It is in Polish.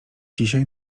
dzisiaj